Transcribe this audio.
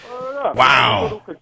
Wow